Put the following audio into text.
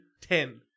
Ten